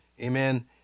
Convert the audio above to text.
Amen